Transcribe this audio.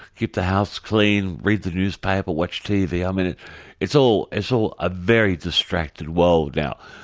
keep the house clean, read the newspaper, watch tv i mean it's all it's all a very distracted world now.